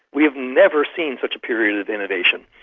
we have never seen such a period of innovation.